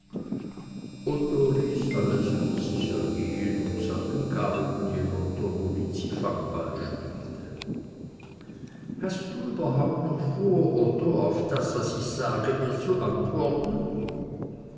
alles über sich ergehen und sah den garten hinunter wo lizzi fangball spielte hast du noch überhaupt vor otto auf das was ich sagte mir zu antworten